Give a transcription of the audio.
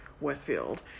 Westfield